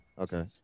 Okay